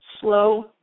slow